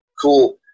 cool